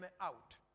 out